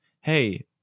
hey